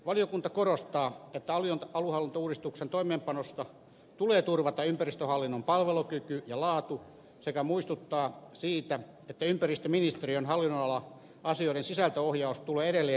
valiokunta korostaa että aluehallintouudistuksen toimeenpanossa tulee turvata ympäristöhallinnon palvelukyky ja laatu sekä muistuttaa siitä että ympäristöministeriön hallinnonalalla asioiden sisältöohjaus tulee edelleen ympäristöministeriöstä